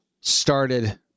started